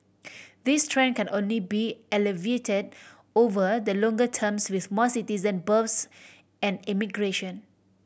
this trend can only be alleviated over the longer terms with more citizen births and immigration